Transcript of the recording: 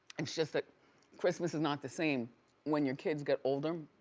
it's just that christmas is not the same when your kids get older,